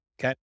Okay